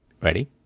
Ready